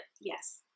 yes